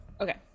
Okay